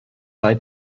sei